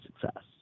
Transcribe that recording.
success